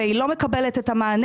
והיא לא מקבלת את המענה.